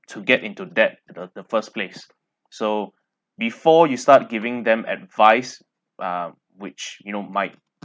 to get into debt the the first place so before you start giving them advice ah which you know might